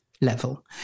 level